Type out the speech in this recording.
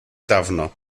dawno